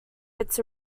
its